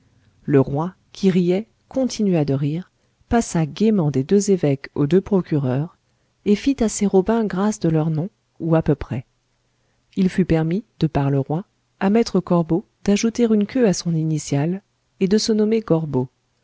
le roi qui riait continua de rire passa gaîment des deux évêques aux deux procureurs et fit à ces robins grâce de leurs noms ou à peu près il fut permis de par le roi à maître corbeau d'ajouter une queue à son initiale et de se nommer gorbeau